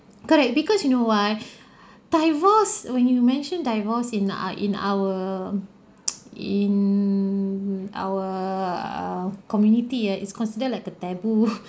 correct because you know why divorce when you mention divorce in uh in our in our err community ah is considered like the taboo